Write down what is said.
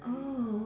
oh